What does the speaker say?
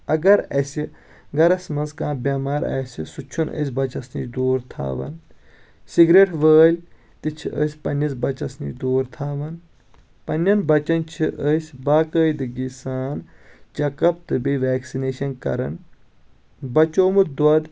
اگر اَسہِ گرس منٛز کانٛہہ بٮ۪مار آسہِ سُہ تہِ چھُن أسۍ بچس نِش دوٗر تھاوان سِگریٹ وألۍ تہِ چھ أسۍ پننِس بچس نِش دوٗر تھاوان پنٕنٮ۪ن بچن چھ أسۍ باقأعدٕگی سان چٮ۪ک اپ تہٕ بیٚیہِ وٮ۪کسِنیشن کران بچوومُت دۄد